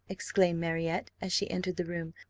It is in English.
exclaimed marriott, as she entered the room,